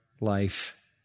life